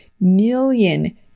million